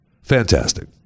Fantastic